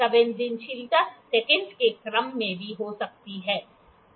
संवेदनशीलता सेकंडस के क्रम में हो सकती है